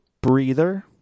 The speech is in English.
breather